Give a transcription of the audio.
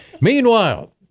Meanwhile